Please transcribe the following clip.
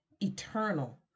eternal